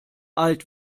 alt